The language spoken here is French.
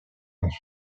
dans